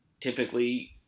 typically